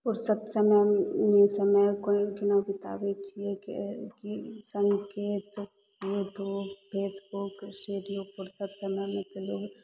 फुरसत समयमे समयके केना बिताबै छियै की संकेत यूट्यूब फेसबुक रेडियोपर फुरसत समयमे तऽ लोग